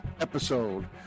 episode